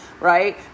right